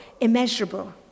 immeasurable